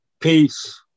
Peace